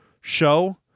show